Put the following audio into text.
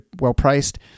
well-priced